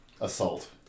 Assault